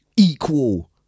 equal